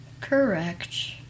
Correct